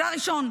זה הראשון,